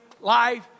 life